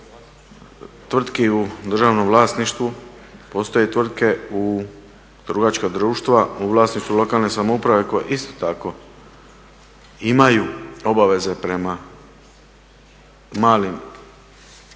tvrtki u državnom vlasništvu postoje i tvrtke u, trgovačka društva u vlasništvu lokalne samouprave koja isto tako imaju obaveze prema malim i srednjim